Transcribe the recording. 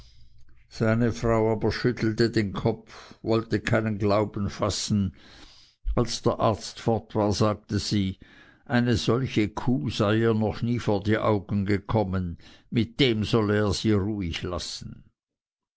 seine frau aber schüttelte den kopf wollte keinen glauben fassen als der arzt fort war sagte sie eine solche kuh sei ihr noch nie vor die augen gekommen mit dem solle er sie ruhig lassen